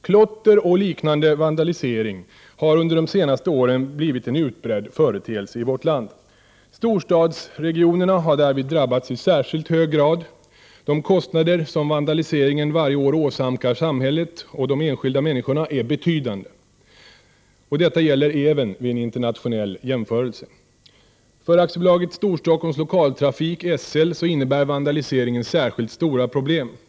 Klotter och liknande vandalisering har under de senaste åren blivit en utbredd företeelse i vårt land. Storstadsregionerna har därvid drabbats i särskilt hög grad. De kostnader som vandaliseringen varje år åsamkar samhället och de enskilda människorna är betydande. Detta gäller även vid en internationell jämförelse. För Storstockholms Lokaltrafik AB innebär vandaliseringen särskilt stora problem.